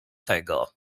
tego